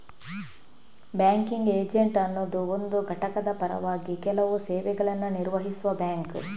banking agent ಅನ್ನುದು ಒಂದು ಘಟಕದ ಪರವಾಗಿ ಕೆಲವು ಸೇವೆಗಳನ್ನ ನಿರ್ವಹಿಸುವ ಬ್ಯಾಂಕ್